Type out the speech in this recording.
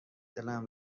دلم